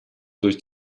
durch